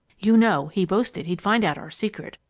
you know, he boasted he'd find out our secret,